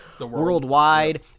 worldwide